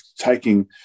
taking